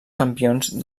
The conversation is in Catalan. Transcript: campions